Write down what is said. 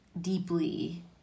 deeply